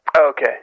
Okay